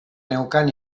neukan